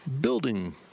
building